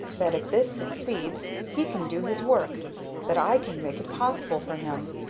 that if this succeeds, he can do his work that i can make it possible for him?